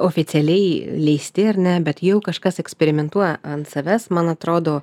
oficialiai leisti ar ne bet jau kažkas eksperimentuoja ant savęs man atrodo